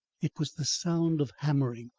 it was the sound of hammering.